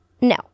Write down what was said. No